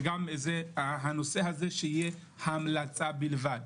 שהנושא הזה יהיה המלצה בלבד.